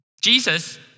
Jesus